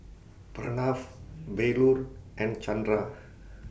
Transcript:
Pranav Bellur and Chandra